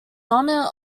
honor